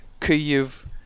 Kyiv